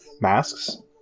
masks